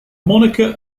monica